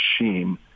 machine